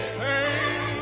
pain